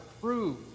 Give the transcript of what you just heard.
prove